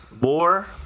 more